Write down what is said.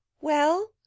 Well